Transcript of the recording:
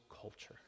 culture